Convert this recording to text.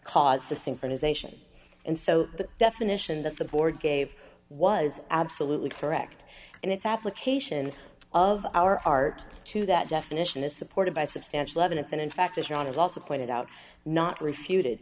cause the synchronization and so the definition that the board gave was absolutely correct and its application of our art to that definition is supported by substantial evidence and in fact that john is also pointed out not refuted